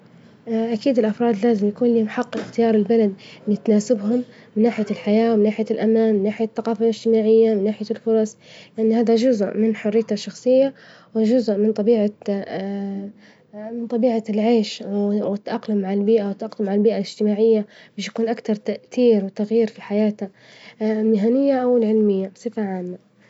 أكيد الأفراد لازم يكون لهم حق اختيار البلد إللي تناسبهم من ناحية الحياة، ومن ناحية الأمان، من ناحية الثقافة الاجتماعية، من ناحية الفرص، لأن هذا جزء من حريتي الشخصية، وجزء من طبيعة من طبيعة العيش، والتأقلم على البيئة، والتأقلم على البيئة الاجتماعية، بش يكون أكتر كتير وتغيير في حياته، مهنية أو العلمية بصفة عامة.